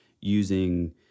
using